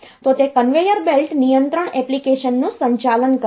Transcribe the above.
તો તે conveyor belt નિયંત્રણ એપ્લિકેશનનું સંચાલન કરે છે